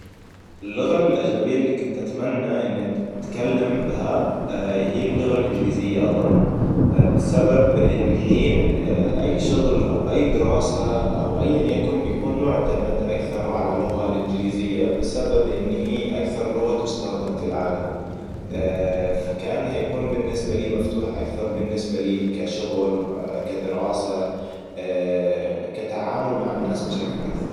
اللغة الاجنبية اللي كنت اتمنى إني أتكلم بها هي اللغة الانجليزية أظن بسبب اني الحينأي شغل او أي دراسة او أياً يكن بيكون معتمد أكثر على اللغة الإنجليزية بسبب إن هي أكثر لغة تستخدم في العالم. فكان هيكون بالنسبة له مفتوح أكثر بالنسبة لي كشغل, كدراسة, كتعامل مع الناس بشكل اكثر